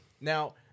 now